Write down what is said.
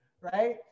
right